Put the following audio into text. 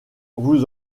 vous